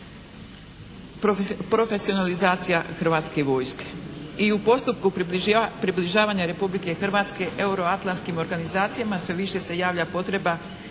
profesionalizacija Hrvatske vojske. I u postupku približavanja Republike Hrvatske euro atlantskim organizacijama sve više se javlja potreba